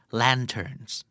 lanterns